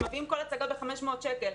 הם מביאים כל הצגה ב-500 שקל.